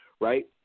right